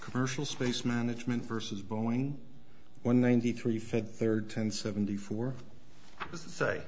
commercial space management versus boeing one ninety three fifth third ten seventy four